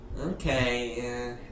Okay